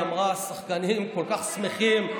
היא אמרה: השחקנים כל כך שמחים,